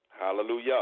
Hallelujah